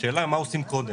השאלה היא מה עושים קודם?